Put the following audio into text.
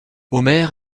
omer